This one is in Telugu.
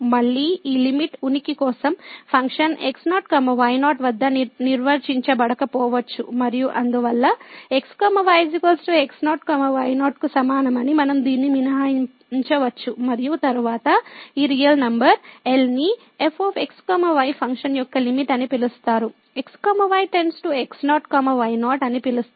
మళ్ళీ ఈ లిమిట్ ఉనికి కోసం ఫంక్షన్ x0 y0 వద్ద నిర్వచించబడకపోవచ్చు మరియు అందువల్ల x y x0 y0 కు సమానమని మనం దీన్ని మినహాయించవచ్చు మరియు తరువాత ఈ రియల్ నంబర్ L ని f x y ఫంక్షన్ యొక్క లిమిట్ అని పిలుస్తారు x y → x0 y0 అని పిలుస్తారు